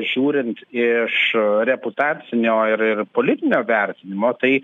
žiūrint iš reputacinio ir ir politinio vertinimo tai